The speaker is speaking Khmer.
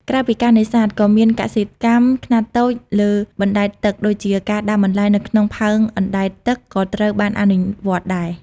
ក្រៅពីការនេសាទ ក៏មានកសិកម្មខ្នាតតូចលើបណ្ដែតទឹកដូចជាការដាំបន្លែនៅក្នុងផើងអណ្ដែតទឹកក៏ត្រូវបានអនុវត្តដែរ។